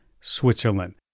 Switzerland